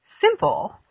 simple